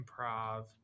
improv